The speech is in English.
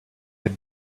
had